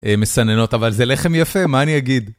מסננות, אבל זה לחם יפה, מה אני אגיד?